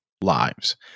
lives